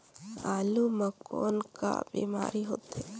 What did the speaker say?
आलू म कौन का बीमारी होथे?